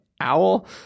owl